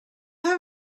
have